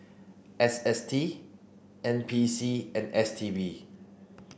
S S T N P C and S T B